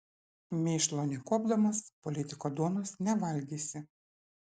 mėšlo nekuopdamas politiko duonos nevalgysi